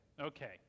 Okay